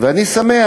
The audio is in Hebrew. ואני שמח,